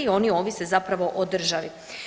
Oni ovise zapravo o državi.